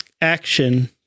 Action